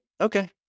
okay